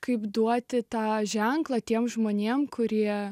kaip duoti tą ženklą tiems žmonėms kurie